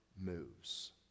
moves